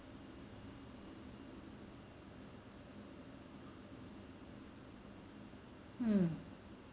hmm